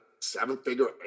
seven-figure